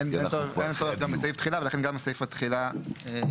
אין צורך גם בסעיף תחילה ולכן גם הסעיף התחילה יורד,